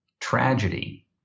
tragedy